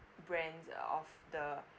brands of the